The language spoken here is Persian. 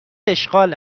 اشغال